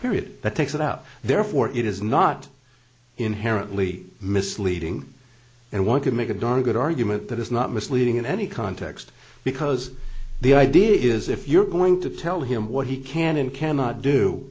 period that takes it out therefore it is not inherently misleading and one can make a darn good argument that it's not misleading in any context because the idea is if you're going to tell him what he can and cannot do